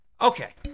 okay